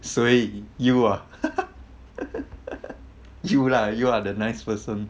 谁 you ah you lah you are the nice person